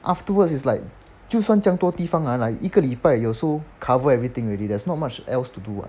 afterwards is like 就算这样多地方 ah 一个礼拜 also cover everything already there's not much else to do [what]